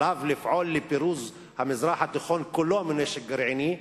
עליו לפעול לפירוז המזרח התיכון כולו מנשק גרעיני.